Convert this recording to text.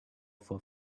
for